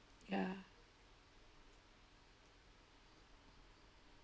ya